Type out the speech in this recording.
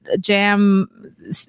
jam